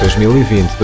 2020